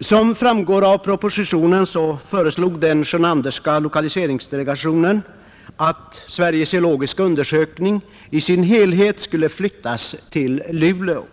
Som framgår av propositionen föreslog den Sjönanderska lokaliseringsdelegationen att SGU i sin helhet skulle flyttas till Luleå.